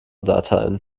dateien